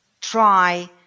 try